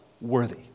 worthy